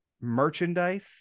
merchandise